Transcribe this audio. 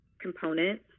component